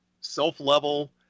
self-level